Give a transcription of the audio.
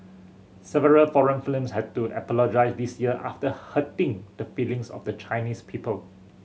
several foreign had to apologise this year after hurting the feelings of the Chinese people